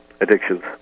addictions